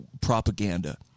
propaganda